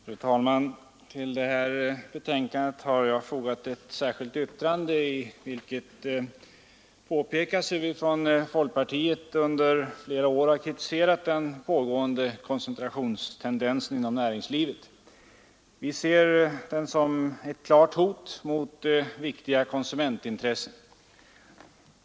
Fru talman! Till detta betänkande har jag fogat ett särskilt yttrande i vilket påpekas hur vi från folkpartiet under flera år har kritiserat den pågående koncentrationstendensen inom näringslivet. Vi ser den som ett klart hot mot viktiga konsumentintressen.